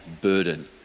burden